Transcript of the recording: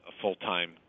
full-time